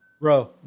Bro